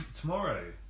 tomorrow